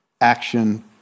action